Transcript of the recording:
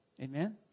Amen